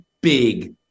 big